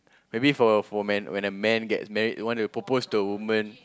maybe for for man when a man gets married want to propose to a woman